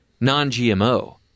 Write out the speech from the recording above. non-GMO